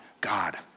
God